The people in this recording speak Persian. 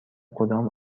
کدام